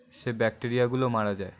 সেই ব্যাকটেরিয়াগুলো মারা যায়